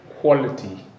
quality